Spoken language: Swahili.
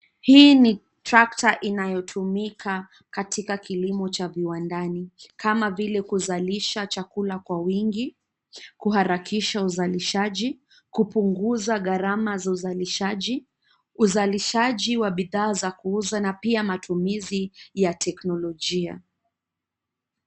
Hii ni trakta inayotumika katika kilimo cha viwandani, kama vile kuzalisha chakula kwa wingi, kuharakisha uzalishaji, kupunguza gharama za uzalishaji, uzalishaji wa bidhaa za kuuza na pia matumizi ya teknolojia.